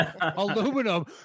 Aluminum